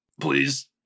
Please